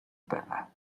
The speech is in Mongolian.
байгаа